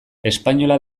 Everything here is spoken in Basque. espainola